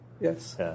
Yes